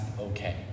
okay